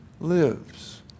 lives